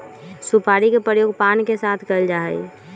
सुपारी के प्रयोग पान के साथ कइल जा हई